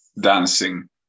dancing